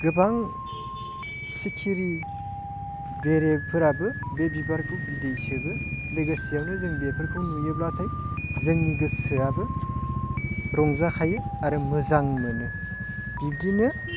गोबां सिखिरि बेरेफोराबो बे बिबारखौ बिदै सोबो लोगोसेयावनो जों बेफोरखौ नुयोब्लाथाय जोंनि गोसोआबो रंजाखायो आरो मोजां मोनो बिब्दिनो